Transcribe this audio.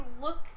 look